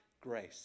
grace